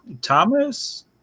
Thomas